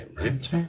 right